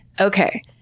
okay